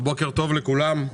בוקר טוב לכולם,